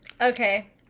Okay